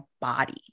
body